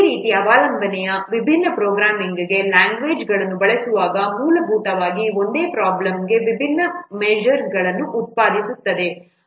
ಈ ರೀತಿಯ ಅವಲಂಬನೆಯು ವಿಭಿನ್ನ ಪ್ರೋಗ್ರಾಮಿಂಗ್ ಲ್ಯಾಂಗ್ವೇಜ್ಗಳನ್ನು ಬಳಸುವಾಗ ಮೂಲಭೂತವಾಗಿ ಒಂದೇ ಪ್ರಾಬ್ಲಮ್ಗೆ ವಿಭಿನ್ನ ಮೇಜರ್ಗಳನ್ನು ಉತ್ಪಾದಿಸುತ್ತದೆ